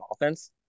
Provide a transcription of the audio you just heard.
offense